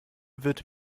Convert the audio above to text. wird